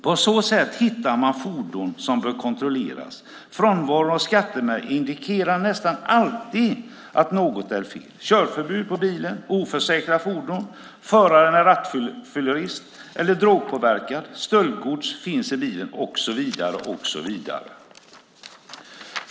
På så sätt hittar man fordon som bör kontrolleras. Frånvaron av skattemärke indikerar nästan alltid att något är fel, till exempel körförbud på bilen, oförsäkrat fordon, att föraren är rattfyllerist eller drogpåverkad, att stöldgods finns i bilen och så vidare.